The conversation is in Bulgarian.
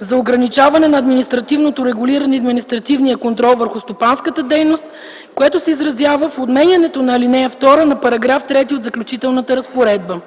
за ограничаване на административното регулиране и административния контрол върху стопанската дейност, което се изразява в отменянето на ал. 2 на § 3 от Заключителната разпоредба.